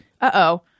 uh-oh